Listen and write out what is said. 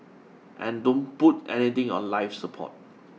and don't put anything on life support